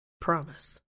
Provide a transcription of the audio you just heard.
Promise